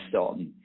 on